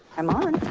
i'm on.